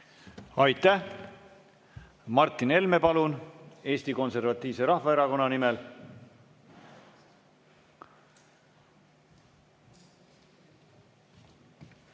Aitäh! Martin Helme, palun, Eesti Konservatiivse Rahvaerakonna nimel!